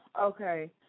okay